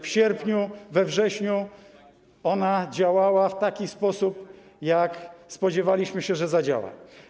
W sierpniu, we wrześniu ona działała w taki sposób, jak spodziewaliśmy się, że zadziała.